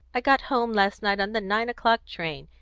i got home last night on the nine o'clock train,